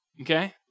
okay